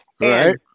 Right